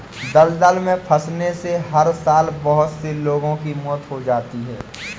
दलदल में फंसने से हर साल बहुत से लोगों की मौत हो जाती है